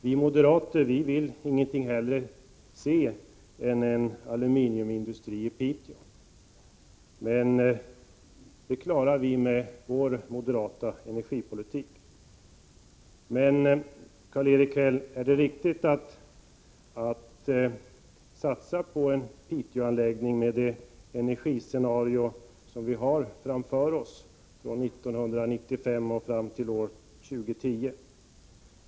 Vi moderater vill ingenting hellre än få en aluminiumindustri i Piteå, och det klarar vi med vår moderata energipolitik. Men är det riktigt, Karl-Erik Häll, att satsa på en Piteåanläggning med det energiscenario vi har framför oss från år 1995 och fram till år 2010?